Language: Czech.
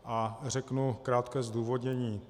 A řeknu krátké zdůvodnění.